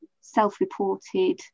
self-reported